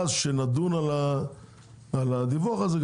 כשנדון על הדיווח הזה,